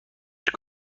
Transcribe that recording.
دوش